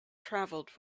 travelled